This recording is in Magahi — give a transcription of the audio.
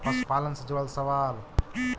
पशुपालन से जुड़ल सवाल?